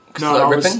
No